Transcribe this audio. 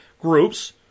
groups